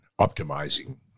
optimizing